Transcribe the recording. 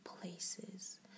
places